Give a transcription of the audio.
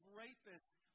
rapists